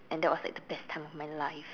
and that was like the best time of my life